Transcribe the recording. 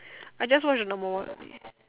I just watched the number one only